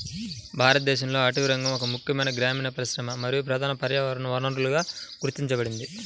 భారతదేశంలో అటవీరంగం ఒక ముఖ్యమైన గ్రామీణ పరిశ్రమ మరియు ప్రధాన పర్యావరణ వనరుగా గుర్తించబడింది